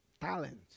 talent